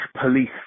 police